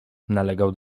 nalegał